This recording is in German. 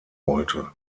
wollte